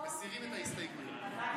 בבקשה.